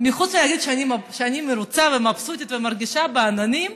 חוץ מלהגיד שאני מרוצה ומבסוטית ומרגישה בעננים,